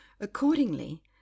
Accordingly